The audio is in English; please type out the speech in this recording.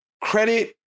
credit